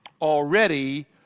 already